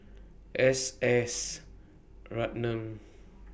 S S Ratnam